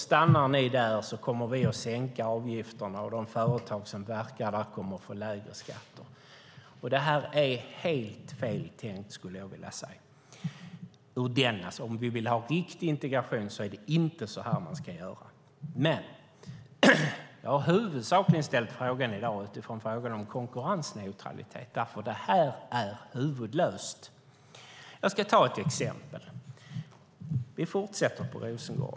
Stannar ni där kommer vi att sänka avgifterna, och de företag som verkar där kommer att få lägre skatter. Detta är helt fel tänkt, skulle jag vilja säga. Om vi vill ha riktig integration är det inte så här man ska göra. Jag har huvudsakligen ställt frågan i dag utifrån konkurrensneutralitet. Detta är huvudlöst. Jag ska ta ett exempel. Vi fortsätter med Rosengård.